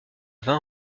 vin